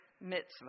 mitzvah